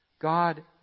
God